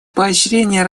поощрение